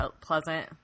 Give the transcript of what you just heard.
pleasant